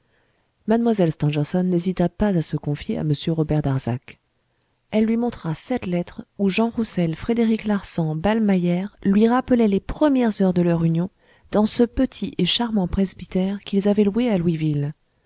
mlle stangerson n'hésita pas à se confier à m robert darzac elle lui montra cette lettre où jean rousselfrédéric larsan ballmeyer lui rappelait les premières heures de leur union dans ce petit et charmant presbytère qu'ils avaient loué à louisville